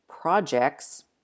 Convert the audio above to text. projects